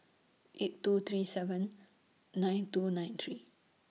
eight two three seven nine two nine three